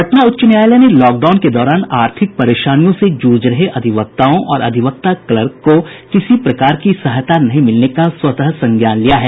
पटना उच्च न्यायालय ने लॉकडाउन के दौरान आर्थिक परेशानियों से जूझ रहे अधिवक्ताओं और अधिवक्ता क्लर्क को किसी प्रकार की सहायता नहीं मिलने का स्वतः संज्ञान लिया है